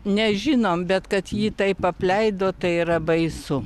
nežinom bet kad jį taip apleido tai yra baisu